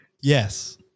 yes